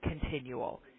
continual